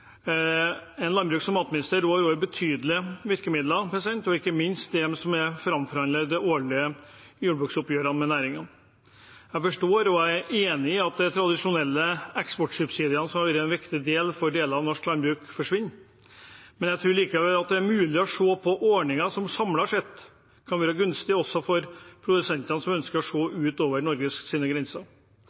En landbruks- og matminister råder over betydelige virkemidler, ikke minst de som er framforhandlet i de årlige jordbruksoppgjørene med næringen. Jeg forstår – og jeg er enig i – at de tradisjonelle eksportsubsidiene som har vært en viktig del for deler av norsk landbruk, forsvinner. Jeg tror likevel det er mulig å se på ordninger som samlet sett kan være gunstige også for produsenter som ønsker å se utover Norges grenser.